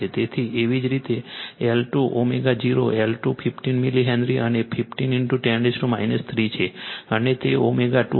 તેથી એવી જ રીતે L2 ω0 L2 15 મિલી હેનરી અને તે 15 10 3 છે અને તે ω 2